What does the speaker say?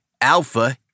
Alpha